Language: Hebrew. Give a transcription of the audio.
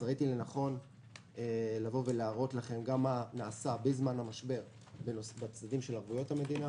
ראיתי לנכון להראות לכם מה נעשה בזמן המשבר בעניין ערבויות המדינה.